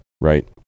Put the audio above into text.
right